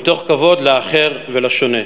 מתוך כבוד לאחר ולשונה.